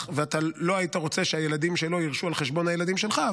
ואתה לא היית רוצה שהילדים שלו יירשו על חשבון הילדים שלך.